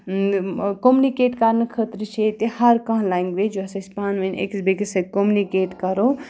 communicate کَرنہٕ خٲطرٕ چھِ ییٚتہِ ہرکانٛہہ لنٛگویج یۄس أسۍ پانہٕ ؤنۍ أکِس بیٚکِس سۭتۍ کوٚمنِکیٹ کَرو